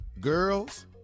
girls